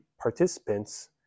participants